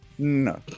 No